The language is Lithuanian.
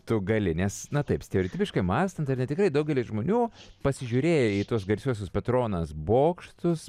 tu gali nes na taip stereotipiškai mąstant ar ne tikrai daugelis žmonių pasižiūrėję į tuos garsiuosius petronas bokštus